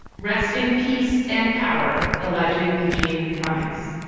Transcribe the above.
rest in peace and power elijah eugene cummings